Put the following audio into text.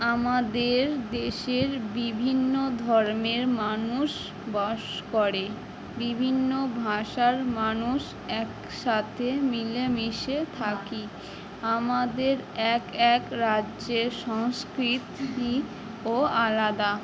আমাদের দেশের বিভিন্ন ধর্মের মানুষ বাস করে বিভিন্ন ভাষার মানুষ একসাথে মিলে মিশে থাকি আমাদের এক এক রাজ্যে সংস্কৃতিও আলাদা